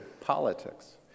politics